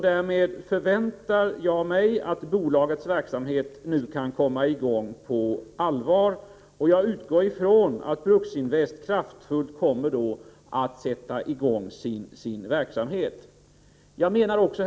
Därmed förväntar jag mig att bolagets verksamhet kan komma i gång på allvar. Jag utgår från att Bruksinvest då på ett kraftfullt sätt kommer att sätta i gång sin verksamhet. Herr talman!